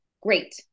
Great